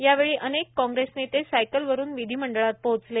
यावेळी अनेक काँग्रेस नेते सायकलवरुन विधीमंडळात पोहोचले